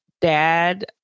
dad